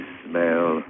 smell